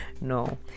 no